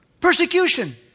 Persecution